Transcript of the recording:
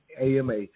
AMA